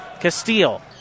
Castile